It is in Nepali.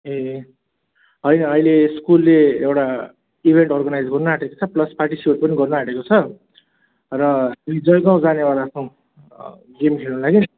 ए होइन अहिले स्कुलले एउटा इभेन्ट अर्गनाइज गर्नु आँटेको छ प्लस पार्टिसिपेट पनि गर्नु आँटेको छ र तिमी जयगाउँ जानेवाला छौँ गेम खेल्नु लागि